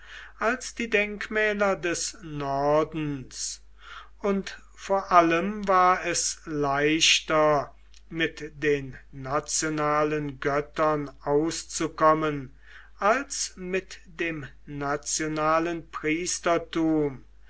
als die denkmäler des nordens und vor allem war es leichter mit den nationalen göttern auszukommen als mit dem nationalen